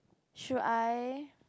should I